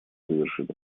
завершит